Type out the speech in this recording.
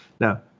Now